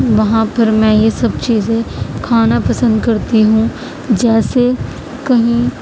وہاں پر میں یہ سب چیزیں کھانا پسند کرتی ہوں جیسے کہیں